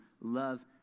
love